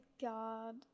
God